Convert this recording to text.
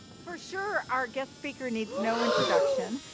for sure, our guest speaker needs no introduction.